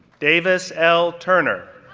davis l. turner,